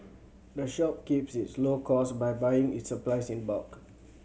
the shop keeps its costs low by buying its supplies in bulk